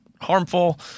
harmful